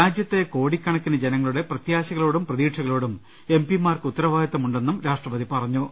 രാജ്യത്തെ കോടിക്കണക്കിന് ജനങ്ങളുടെ പ്രത്യാശകളോടും പ്രതീക്ഷകളോടും എം പിമാർക്ക് ഉത്തരവാദിത്വമുണ്ടെന്ന് രാഷ്ട്രപതി പറഞ്ഞു